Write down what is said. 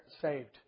saved